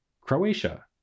Croatia